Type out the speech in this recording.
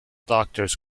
doctors